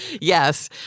Yes